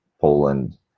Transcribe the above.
Poland